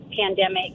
pandemic